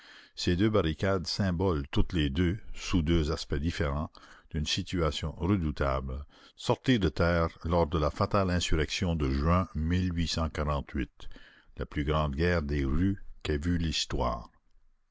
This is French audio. ces deux barricades symboles toutes les deux sous deux aspects différents d'une situation redoutable sortirent de terre lors de la fatale insurrection de juin la plus grande guerre des rues qu'ait vue l'histoire